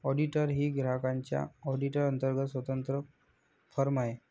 auditor ही ग्राहकांच्या audit अंतर्गत स्वतंत्र फर्म आहे